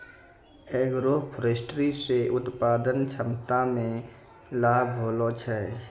agroforestry से उत्पादन क्षमता मे लाभ होलो छै